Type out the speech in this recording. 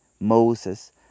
Moses